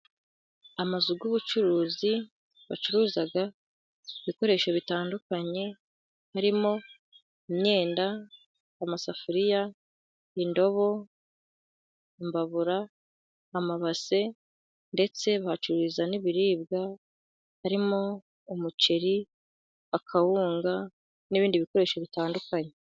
Amazu y'ubucuruzi bacuruza ibikoresho bitandukanye birimo imyenda, amasafuriya, indobo, imbabura, amabase, ndetse bacururiza n'ibiribwa harimo umuceri, akawunga, n'ibindi bikoresho bitandukanye.